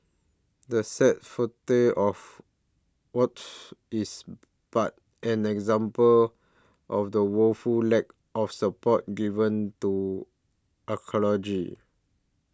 the sad fate of Wot is but an example of the woeful lack of support given to archaeology